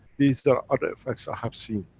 these are other effects i have seen.